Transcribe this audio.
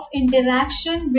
interaction